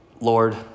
Lord